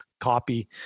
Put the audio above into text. copy